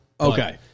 Okay